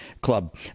Club